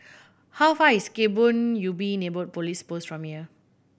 how far is Kebun Ubi Neighbourhood Police Post from here